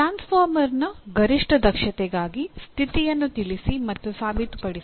ಟ್ರಾನ್ಸ್ಫಾರ್ಮರ್ನ ಗರಿಷ್ಠ ದಕ್ಷತೆಗಾಗಿ ಸ್ಥಿತಿಯನ್ನು ತಿಳಿಸಿ ಮತ್ತು ಸಾಬೀತುಪಡಿಸಿ